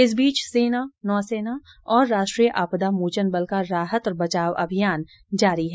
इस बीच सेना नौसैना और राष्ट्रीय आपदा मोचन बल का राहत और बचाव अभियान जारी है